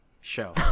Show